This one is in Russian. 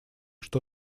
что